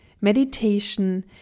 meditation